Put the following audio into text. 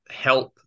help